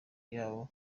yabo